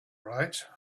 right